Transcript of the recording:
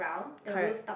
correct